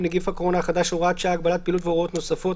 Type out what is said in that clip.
נגיף הקורונה החדש (הוראתך שעה) (הגבלת פעילות והוראות נוספות),